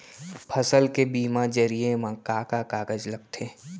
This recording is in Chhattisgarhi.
फसल के बीमा जरिए मा का का कागज लगथे?